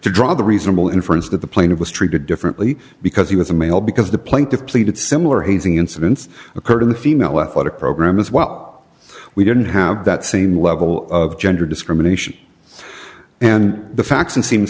to draw the reasonable inference that the plain it was treated differently because he was a male because the plaintiff pleaded similar hazing incidents occurred in the female athletic program as well we didn't have that same level of gender discrimination and the facts and seems